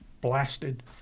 blasted